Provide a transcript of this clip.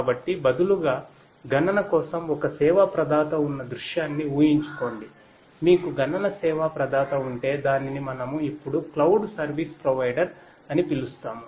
కాబట్టి బదులుగా గణన కోసం ఒక సర్వీస్ ప్రొవైడర్ సర్వీస్ ప్రొవైడర్అని పిలుస్తాము